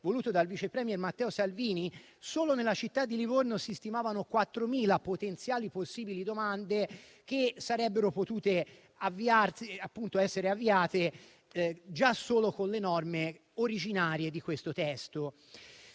voluto dal vice *premier* Matteo Salvini, solo nella città di Livorno si stimavano 4.000 potenziali domande che avrebbero potuto essere avviate già solo con le norme originarie di questo testo.